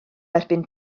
erbyn